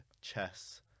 chess